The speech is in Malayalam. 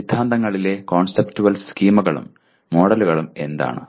സിദ്ധാന്തങ്ങളിലെ കോൺസെപ്റ്റുവൽ സ്കീമകളും മോഡലുകളും എന്താണ്